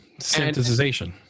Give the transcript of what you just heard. synthesization